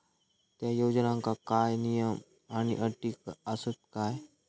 त्या योजनांका काय नियम आणि अटी आसत काय?